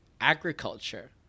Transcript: agriculture